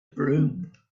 broom